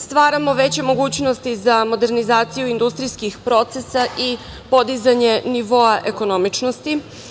Stvaramo veće mogućnosti za modernizaciju industrijskih procesa i podizanje nivoa ekonomičnosti.